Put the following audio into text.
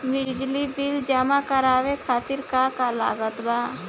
बिजली बिल जमा करावे खातिर का का लागत बा?